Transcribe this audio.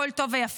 הכול טוב ויפה,